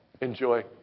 enjoy